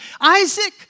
Isaac